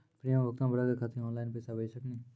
Premium भुगतान भरे के खातिर ऑनलाइन पैसा भेज सकनी?